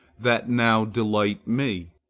that now delight me?